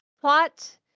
plot